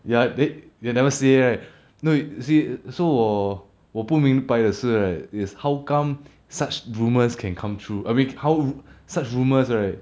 ya then they never right no you see so 我不明白的是 right is how come such rumours can come through I mean how such rumours right